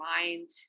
mind